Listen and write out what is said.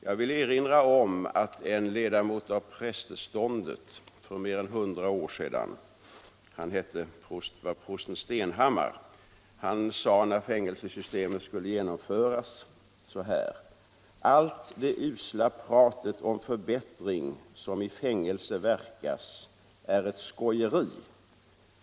Jag vill erinra om vad en ledamot av prästeståndet, = Anslag till kriminalprosten Stenhammar, sade för mer än hundra år sedan, när fängelse = vården systemet skulle genomföras: Allt det usla pratet om förbättring som i fängelse verkas är ett skojeri.